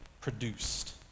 produced